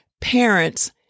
Parents